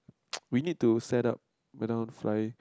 we need to set up whether I want to fly